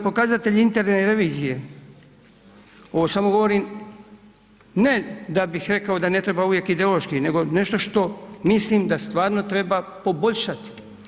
Pokazatelji interne revizije, ovo samo govorim ne da bih rekao da ne treba uvijek ideološki, nego nešto što mislim da stvarno treba poboljšati.